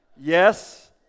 Yes